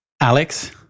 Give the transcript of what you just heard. Alex